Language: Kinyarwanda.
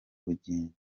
bugingo